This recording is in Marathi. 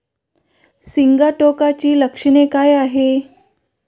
सिगाटोकाची लक्षणे काय आहेत?